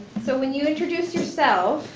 so when you introduce yourself,